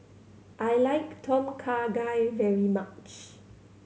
I like Tom Kha Gai very much